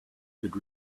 could